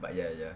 but ya ya